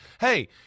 hey